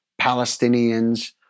Palestinians